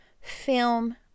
film